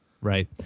right